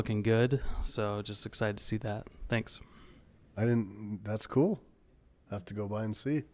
looking good so just excited to see that thanks i didn't that's cool i have to go by and see